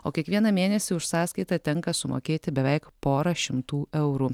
o kiekvieną mėnesį už sąskaitą tenka sumokėti beveik porą šimtų eurų